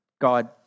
God